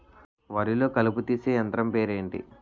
వరి లొ కలుపు తీసే యంత్రం పేరు ఎంటి?